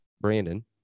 Brandon